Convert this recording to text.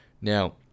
Now